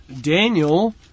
Daniel